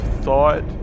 thought